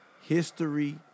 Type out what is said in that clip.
history